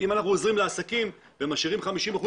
אם אנחנו עוזרים לעסקים ומשאירים 50 אחוזים